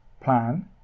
plan